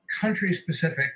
country-specific